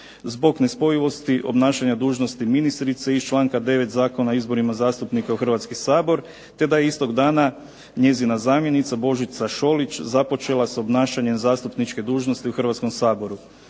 Zbog nespojivosti obnašanja dužnosti ministrice iz članka 9. Zakona o izborima zastupnika u Hrvatski sabor, te da istoga dana njezina zamjenica Božica Šolić započela sa obnašanjem zastupničke dužnosti u Hrvatskom saboru.